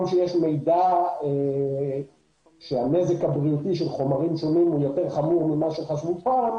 שיש מידע שהנזק הבריאותי של חומרים הוא יותר חמור ממה שחשבו פעם,